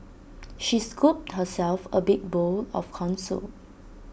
she scooped herself A big bowl of Corn Soup